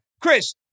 Chris